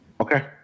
Okay